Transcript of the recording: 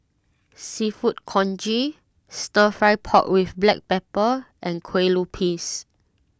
Seafood Congee Stir Fry Pork with Black Pepper and Kueh Lupis